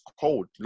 cold